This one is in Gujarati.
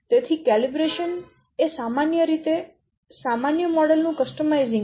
તેથી કેલિબ્રેશન એ સામાન્ય રીતે સામાન્ય મોડેલ નું કસ્ટમાઇઝીંગ છે